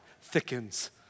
thickens